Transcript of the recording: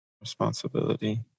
responsibility